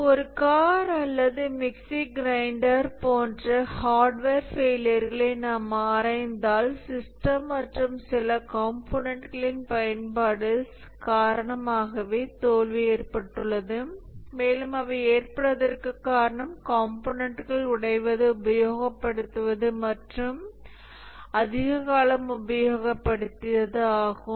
ஒரு கார் அல்லது mixie grinder போன்ற ஹார்ட்வேர் ஃபெயிலியர்களை நாம் ஆராய்ந்தால் சிஸ்டம் மற்றும் சில காம்போனன்ட்களின் பயன்பாடு காரணமாகவே தோல்வி ஏற்பட்டுள்ளது மேலும் அவை ஏற்படுவதற்கு காரணம் காம்போனன்ட்கள் உடைவது உபயோகப்படுத்துவது மற்றும் அதிக காலம் உபயோகப் படுத்தியது ஆகும்